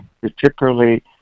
particularly